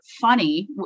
funny